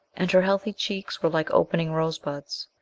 and her healthy cheeks were like opening rosebuds.